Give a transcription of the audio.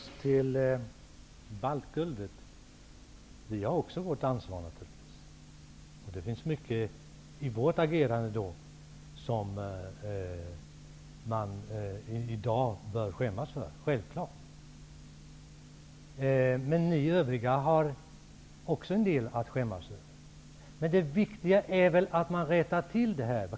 Herr talman! Först beträffande baltguldet: Också vi har naturligtvis vårt ansvar, och det finns mycket i vårt tidigare agerande som vi i dag bör skämmas för. Men också ni övriga har en del att skämmas över. Det viktiga är väl att man rättar till detta.